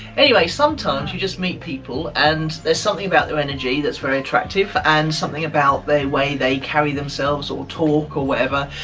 anyway, sometimes, you just meet people, and there's something about their energy that's very attractive and something about the way they carry themselves or talk or whatever,